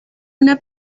una